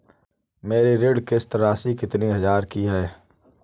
मेरी ऋण किश्त राशि कितनी हजार की है?